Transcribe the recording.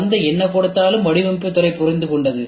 சந்தை என்ன கொடுத்தாலும் வடிவமைப்புத் துறை புரிந்துகொண்டது